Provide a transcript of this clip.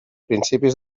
principis